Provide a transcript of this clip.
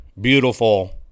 beautiful